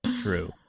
True